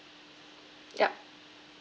yup